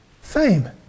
fame